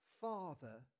Father